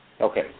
Okay